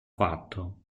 fatto